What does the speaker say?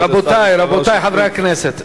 רבותי חברי הכנסת,